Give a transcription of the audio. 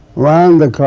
around the clock,